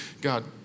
God